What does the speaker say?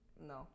No